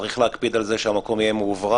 צריך להקפיד על זה שהמקום יהיה מאוורר,